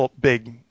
big